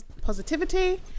positivity